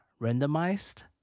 randomized